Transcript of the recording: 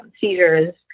seizures